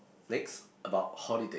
next about holiday